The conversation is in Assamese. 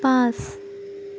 পাঁচ